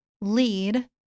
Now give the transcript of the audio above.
lead